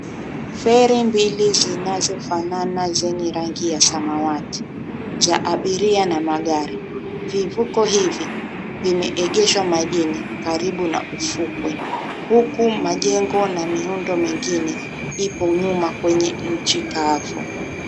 Ferry mbili zinazofanana zenye rangi ya samawati za abiria na magari. Vivuko hivi vimeegeshwa majini karibu na ufukwe huku majengo na miundo mingine ipo nyuma kwenye nchi kavu.